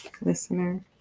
listener